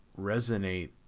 resonate